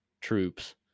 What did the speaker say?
troops